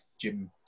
jim